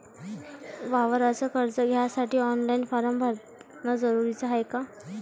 वावराच कर्ज घ्यासाठी ऑनलाईन फारम भरन जरुरीच हाय का?